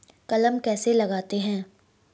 कलम कैसे लगाते हैं?